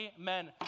amen